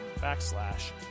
backslash